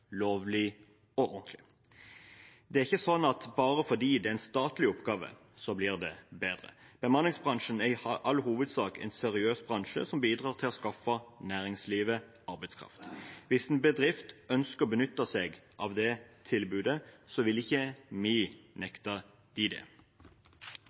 lovlig og ordentlig. Det er ikke sånn at bare fordi det er en statlig oppgave, blir det bedre. Bemanningsbransjen er i all hovedsak en seriøs bransje som bidrar til å skaffe næringslivet arbeidskraft. Hvis en bedrift ønsker å benytte seg av det tilbudet, vil ikke